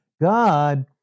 God